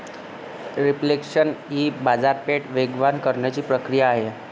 reflation ही बाजारपेठ वेगवान करण्याची प्रक्रिया आहे